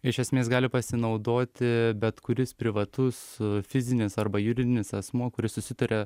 iš esmės gali pasinaudoti bet kuris privatus fizinis arba juridinis asmuo kuris susitaria